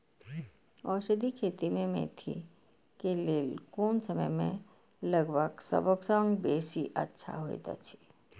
औषधि खेती मेंथा के लेल कोन समय में लगवाक सबसँ बेसी अच्छा होयत अछि?